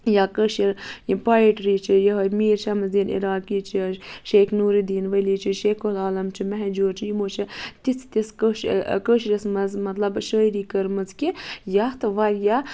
یا کٲشِر پویٹرٛی چھِ یِہوٚے میٖر شمس الدیٖن عراقی چھِ شیخ نوٗرالدیٖن ولی چھِ شیخ العالم چھِ مہجوٗر چھِ یِمو چھِ تِژھٕ تِژھٕ کٲشِر کٲشِرِس منٛز مطلب شٲعری کٔرمٕژ کہِ یَتھ واریاہ